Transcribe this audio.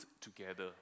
together